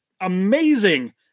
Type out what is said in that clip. amazing